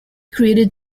created